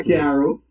Carol